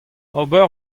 ober